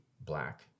black